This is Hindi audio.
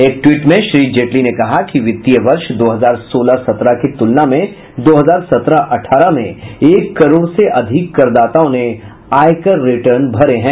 एक ट्विट में श्री जेटली ने कहा कि वित्तीय वर्ष दो हजार सोलह सत्रह की तुलना में दो हजार सत्रह अठारह में एक करोड़ से अधिक करदाताओं ने आयकर रिटर्न भरे हैं